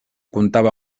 comptava